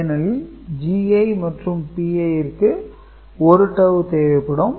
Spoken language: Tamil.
ஏனெனில் Gi மற்றும் Pi ற்கு 1 டவூ தேவைப்படும்